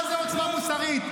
מה זה עוצמה מוסרית?